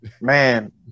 man